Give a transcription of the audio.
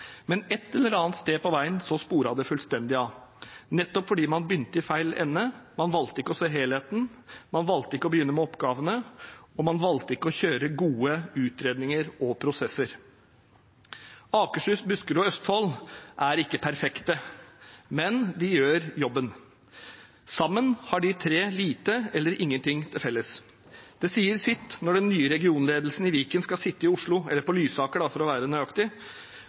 men et eller annet sted på veien sporet det fullstendig av, nettopp fordi man begynte i feil ende: Man valgte ikke å se helheten, man valgte ikke å begynne med oppgavene, og man valgte ikke å gjøre gode utredninger og prosesser. Akershus, Buskerud og Østfold er ikke perfekte, men de gjør jobben. Sammen har de tre lite eller ingenting til felles. Det sier sitt når den nye regionledelsen i Viken skal sitte i Oslo – eller på Lysaker, for å være nøyaktig